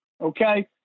okay